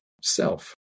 self